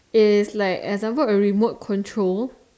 if like a remote control